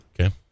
Okay